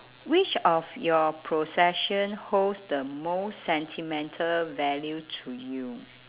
which of your possession holds the most sentimental value to you